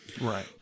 Right